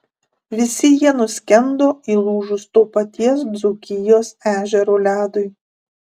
visi jie nuskendo įlūžus to paties dzūkijos ežero ledui